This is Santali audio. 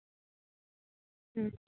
ᱦᱩᱸ